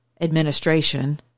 administration